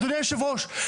אדוני יושב הראש,